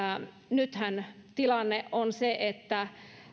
nythän tilanne on se että